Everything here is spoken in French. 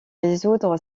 résoudre